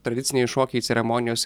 tradiciniai šokiai ceremonijos